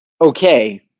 okay